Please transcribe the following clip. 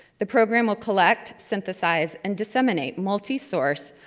the program will collect, synthesize, and disseminate multisource,